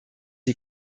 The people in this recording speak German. die